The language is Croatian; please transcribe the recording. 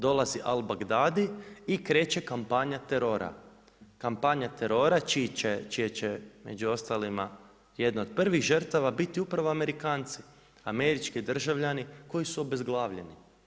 Dolazi Albak Dadi i kreće kampanja terora, kampanja terora čije će među ostalima jedna od prvih žrtava biti upravo Amerikanci, američki državljani koji su obezglavljeni.